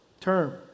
term